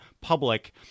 public